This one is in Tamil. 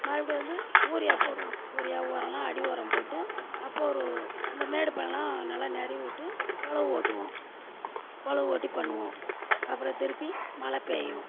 மறுபடியும் வந்து யூரியா போடுவோம் யூரியா உரம்லாம் அடி உரம் போட்டு அப்போது ஒரு இந்த மேடு பள்ளம்லாம் நல்லா நிரவி விட்டு ஒழவு ஓட்டுவோம் ஒழவு ஓட்டி பண்ணுவோம் அப்புறம் திருப்பி மழை பெய்யும்